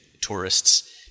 tourists